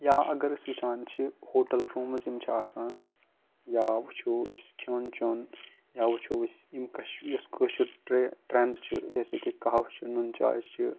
یا اگر أسۍ وٕچھان چھِ ہوٹَل روٗمٕز یِم چھِ آسان یا وٕچھو أسۍ کھیوٚن چیوٚن یا وٕچھو أسۍ یِم کَش یُس کٲشُر ٹرٛے ٹرٛٮ۪نٛڈ چھُ جیسے کہ کَہوٕ چھُ نُن چاے چھِ